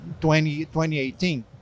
2018